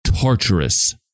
torturous